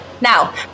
Now